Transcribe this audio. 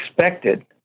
expected